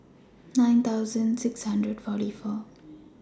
nine thousand six hundred forty four